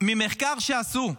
ממחקר שעשו,